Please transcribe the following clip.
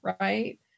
right